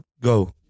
go